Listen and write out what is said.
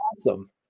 awesome